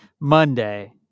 monday